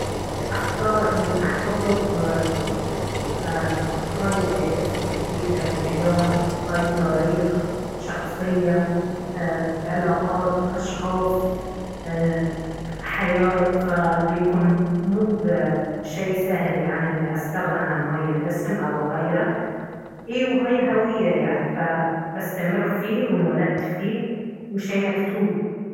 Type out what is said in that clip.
اختار انه احتفظ فيه اه هاي اسمي اكيد هاي كيان هاي تاريخ شخصية ايه علاقات اشخاص ايه حياة فبيكون مب شي سهل يعني اني استغنى عن هاي الاسم او غيره اي وهاي هوية يعني فبستمر فيه وانولدت فيه شي مكتوب